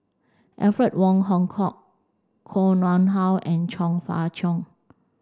Alfred Wong Hong Kwok Koh Nguang How and Chong Fah Cheong